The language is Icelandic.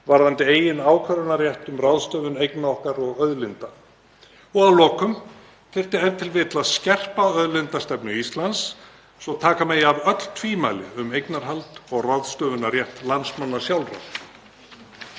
varðandi eigin ákvörðunarrétt um ráðstöfun eigna okkar og auðlinda? Að lokum: Þyrfti e.t.v. að skerpa á auðlindastefnu Íslands svo að taka megi af öll tvímæli um eignarhald og ráðstöfunarrétt landsmanna sjálfra?